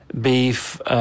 beef